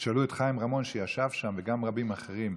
ותשאלו את חיים רמון, שישב שם, וגם רבים אחרים,